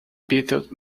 bit